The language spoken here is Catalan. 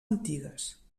antigues